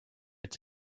its